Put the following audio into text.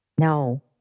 No